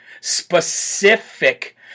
specific